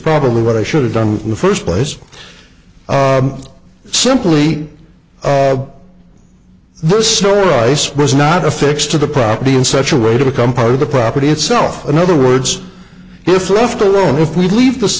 probably what i should have done in the first place simply the store i spose not affixed to the property in such a way to become part of the property itself in other words if left alone if we leave this